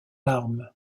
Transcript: larmes